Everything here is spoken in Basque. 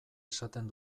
esaten